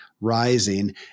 rising